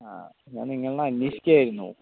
ആ ഞാൻ നിങ്ങളെ അന്വേഷിക്കുകയായിരുന്നു